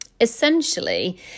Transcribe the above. Essentially